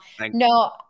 no